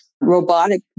robotic